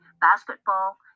basketball